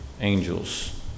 angels